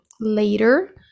later